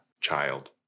child